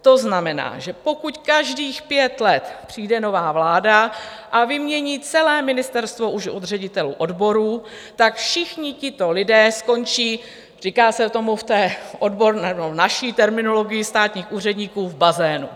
To znamená, že pokud každých pět let přijde nová vláda a vymění celé ministerstvo už od ředitelů odborů, tak všichni tito lidé skončí, říká se tomu v té naší terminologii státních úředníků, v bazénu.